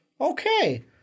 okay